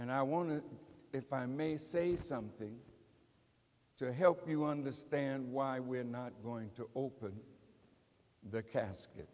and i want to if i may say something to help you understand why we're not going to open the casket